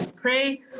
pray